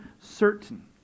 certain